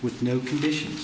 with no conditions